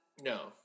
no